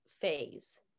phase